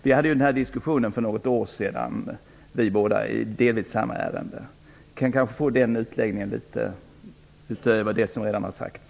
Vi båda förde en diskussion i delvis samma ärende för något år sedan. Kanske kan jag få en något utförligare utläggning om detta än den som redan gjorts.